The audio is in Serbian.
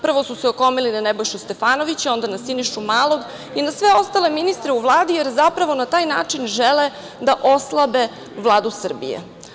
Prvo su se okomili na Nebojšu Stefanovića, onda na Sinišu Malog i na sve ostale ministre u Vladi, jer zapravo, na taj način žele da oslabe Vladu Srbije.